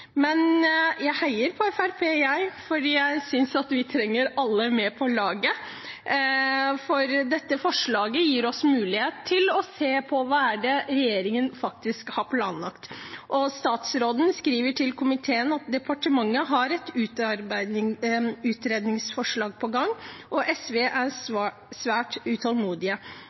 Men jeg heier på Fremskrittspartiet, for jeg synes vi trenger alle med på laget, og dette forslaget gir oss mulighet til å se på hva det er regjeringen faktisk har planlagt. Statsråden skriver til komiteen at departementet har et utredningsarbeid på gang. SV er svært